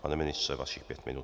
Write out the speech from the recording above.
Pane ministře, vašich pět minut.